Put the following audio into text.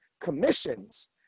commissions